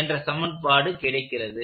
என்ற சமன்பாடு கிடைக்கிறது